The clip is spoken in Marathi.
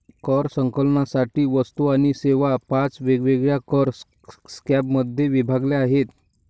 कर संकलनासाठी वस्तू आणि सेवा पाच वेगवेगळ्या कर स्लॅबमध्ये विभागल्या आहेत